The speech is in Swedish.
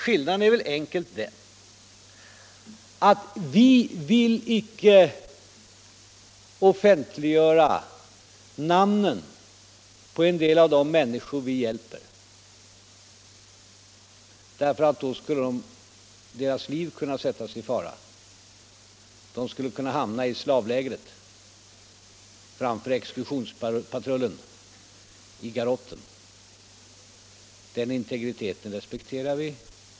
Skillnaden är, enkelt uttryckt, den att vi inte vill offentliggöra namnet på en del av de människor vi hjälper — därför att då skulle deras liv kunna sättas i fara. De skulle kunna hamn i slavlägret, framför exekutionspatrullen, i garrotten. Den integriteten respekterar vi.